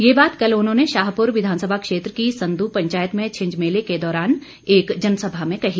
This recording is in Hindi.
ये बात कल उन्होंने शाहपुर विधानसभा क्षेत्र की संदू पंचायत में छिंज मेले के दौरान एक जनसभा में कही